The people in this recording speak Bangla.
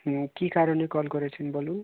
হুম কী কারণে কল করেছেন বলুন